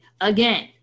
again